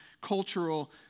cultural